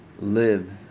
live